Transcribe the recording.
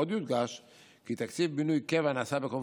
עוד יודגש כי תקצוב בינוי קבע נעשה בכפוף